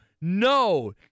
no